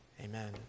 Amen